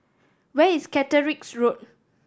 where is Caterick's Road